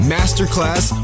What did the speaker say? Masterclass